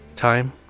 time